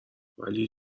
ولی